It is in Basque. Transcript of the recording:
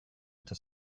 eta